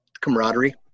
Camaraderie